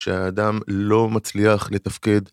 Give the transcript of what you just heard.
שהאדם לא מצליח לתפקד.